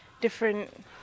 different